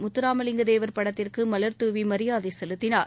முத்தராமலிங்கத்தேவர் படத்திற்குமலர் தூவிமரியாதைசெலுத்தினார்